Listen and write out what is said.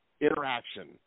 interaction